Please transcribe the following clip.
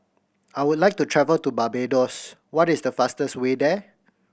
I would like to travel to Barbados what is the fastest way there